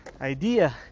idea